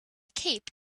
cape